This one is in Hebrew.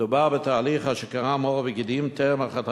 מדובר בתהליך שקרם עוד וגידים טרם החלטת